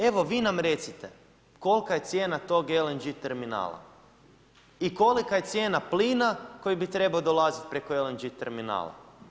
Evo vi nam recite kolika je cijena tog LNG terminala i kolika je cijena plina koji bi trebao dolaziti preko LNG terminala?